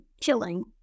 killing